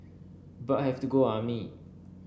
but have to go army